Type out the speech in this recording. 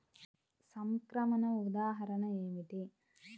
సంక్రమణ ఉదాహరణ ఏమిటి?